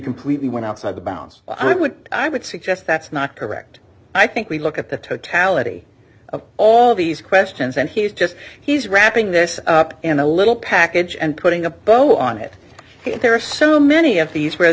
completely went outside the bounds of what i would suggest that's not correct i think we look at the totality of all these questions and he's just he's wrapping this up in a little package and putting a bow on it and there are so many of these where